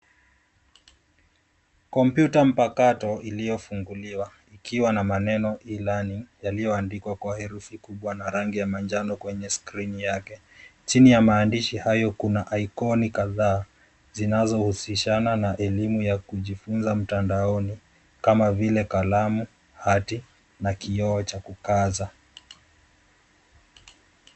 Kompyuta mpakato iliyofunguliwa, ikiwa na maneno e-learning yaliyoandikwa kwa herufi kubwa na rangi ya manjano kwenye skirini yake. Chini ya maandishi hayo kuna ikoni kadhaa, zinazohusishana na elimu ya kujifunza mtandaoni, kama vile, kalamu, hati, na kioo cha kukaza.